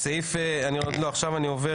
אני עובר